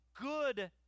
good